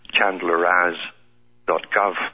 Chandleraz.gov